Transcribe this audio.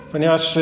Ponieważ